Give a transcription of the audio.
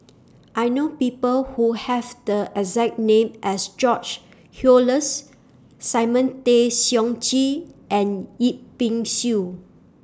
I know People Who Have The exact name as George Oehlers Simon Tay Seong Chee and Yip Pin Xiu